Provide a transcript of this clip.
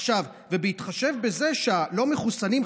ובהתחשב בזה שהלא-מחוסנים,